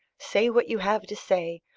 say what you have to say,